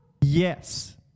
yes